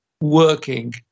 working